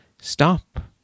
stop